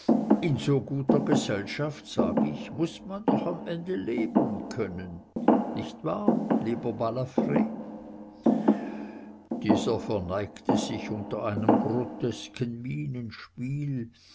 in so guter gesellschaft sag ich muß man doch am ende leben können nicht wahr lieber balafr dieser verneigte sich unter einem grotesken